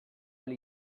ahal